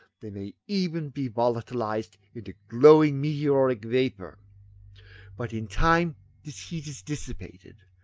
they may even be volatilised into glowing meteoric vapour but in time this heat is dissipated,